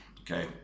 okay